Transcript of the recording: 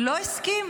לא הסכים